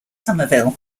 somerville